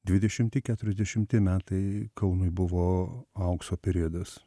dvidešimti keturiasdešimti metai kaunui buvo aukso periodas